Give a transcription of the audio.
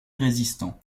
résistant